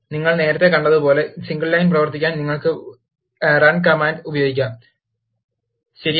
നിങ്ങൾ നേരത്തെ കണ്ടതുപോലെ സിംഗിൾ ലൈൻ പ്രവർത്തിപ്പിക്കാൻ നിങ്ങൾക്ക് റൺ കമാൻഡ് ഉപയോഗിക്കാം ശരിയാണ്